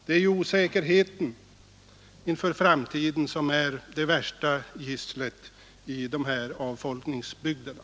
Det är ju osäkerheten inför framtiden som är det värsta gisslet i de här avfolkningsbygderna.